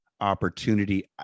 opportunity